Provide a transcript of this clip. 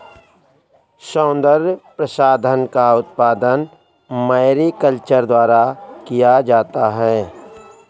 सौन्दर्य प्रसाधन का उत्पादन मैरीकल्चर द्वारा किया जाता है